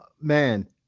man